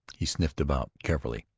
he sniffed about carefully,